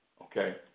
okay